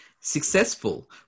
successful